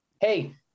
hey